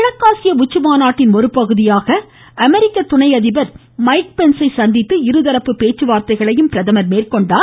கிழக்காசிய உச்சிமாநாட்டின் ஒருபகுதியாக அமெரிக்க துணை அதிபர் மைக் பென்ஸை சந்தித்து இருதரப்பு பேச்சுவார்த்தைகளை பிரதமர் மேற்கொண்டார்